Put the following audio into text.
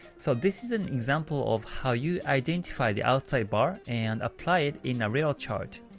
so this is an example of how you identify the outside bar and apply it in a real chart.